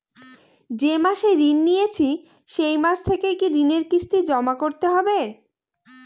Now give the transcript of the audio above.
যে মাসে ঋণ নিয়েছি সেই মাস থেকেই কি ঋণের কিস্তি জমা করতে হবে?